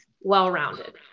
well-rounded